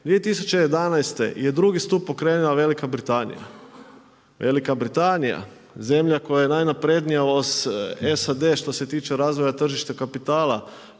2011. je drugi stup pokrenula Velika Britanija. Velika Britanija zemlja koja je najnaprednija … SAD što se tiče razvoja tržišta kapitala,